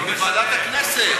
היא בוועדת הכנסת.